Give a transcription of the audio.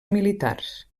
militars